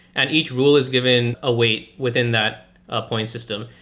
and each rule is given a weight within that ah point system.